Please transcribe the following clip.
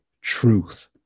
truth